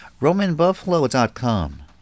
RomanBuffalo.com